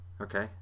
Okay